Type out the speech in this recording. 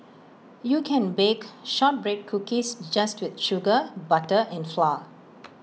you can bake Shortbread Cookies just with sugar butter and flour